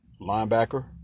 Linebacker